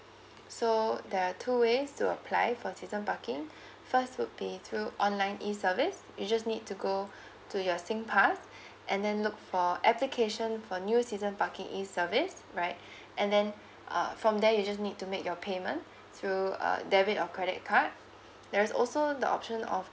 so there are two ways to apply for season parking first would be through online E service you just need to go to your singpass and then look for application for new season parking E service right and then uh from there you just need to make your payment through uh debit or credit card there's also the option of